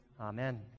Amen